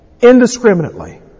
indiscriminately